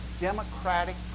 democratic